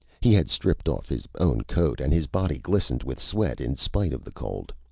he had stripped off his own coat, and his body glistened with sweat in spite of the cold.